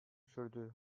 sürdü